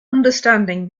understanding